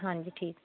ਹਾਂਜੀ ਠੀਕ